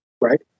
right